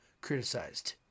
criticized